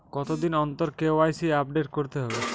কতদিন অন্তর KYC update করতে হবে?